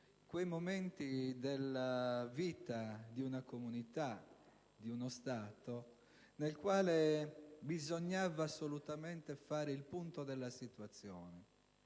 quei momenti della vita di una comunità, di uno Stato, nei quali bisognava assolutamente fare il punto della situazione.